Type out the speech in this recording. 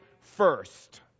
first